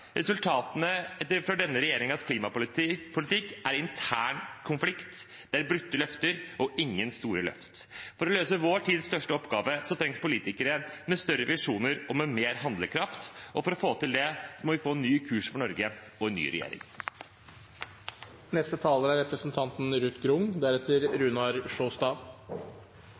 for denne regjeringens klimapolitikk er intern konflikt, det er brutte løfter og ingen store løft. For å løse vår tids største oppgave trengs det politikere med større visjoner og med mer handlekraft. For å få til det må vi få ny kurs for Norge og en ny regjering. En av de største utfordringene vi står overfor, er